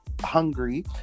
hungry